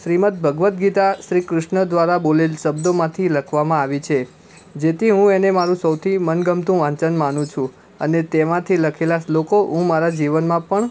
શ્રીમદ્ ભગવદ્ ગીતા શ્રી કૃષ્ણ દ્વારા બોલેલાં શબ્દોમાંથી લખવામાં આવી છે જેથી હું એને મારૂં સૌથી મનગમતું વાંચન માનું છું અને તેમાંથી લખેલા શ્લોકો હું મારા જીવનમાં પણ